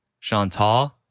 Chantal